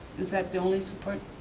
is that the only support?